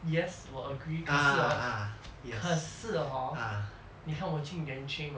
yes 我 agree 可是 hor 可是 hor 你看我进 yuan ching hor